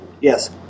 Yes